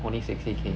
only sixty k